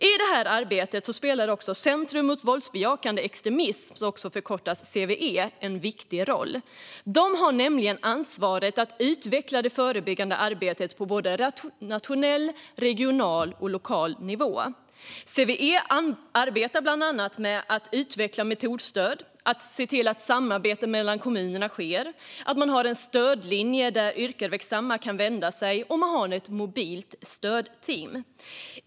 I detta arbete spelar också Center mot våldsbejakande extremism, CVE, en viktig roll. De har nämligen ansvaret för att utveckla det förebyggande arbetet på både nationell, regional och lokal nivå. CVE arbetar bland annat med att utveckla metodstöd och se till att samarbete mellan kommunerna sker, och man har en stödlinje för yrkesverksamma och ett mobilt stödteam.